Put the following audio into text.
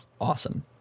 awesome